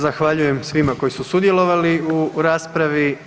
Zahvaljujem svima koji su sudjelovali u raspravi.